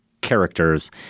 characters